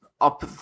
up